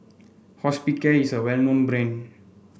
Hospicare is a well known brand